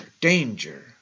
danger